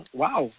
wow